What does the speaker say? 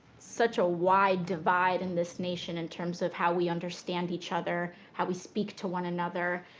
such a wide divide in this nation in terms of how we understand each other, how we speak to one another,